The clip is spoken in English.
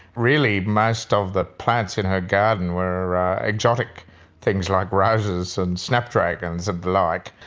really most of the plants in her garden where exotic things like roses and snapdragons and the like.